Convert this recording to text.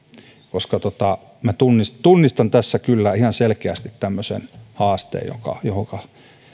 koska minä tunnistan tässä kyllä ihan selkeästi tämmöisen haasteen jonka